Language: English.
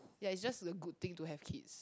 ya it's just a good thing to have kids